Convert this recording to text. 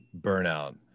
burnout